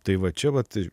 tai va čia vat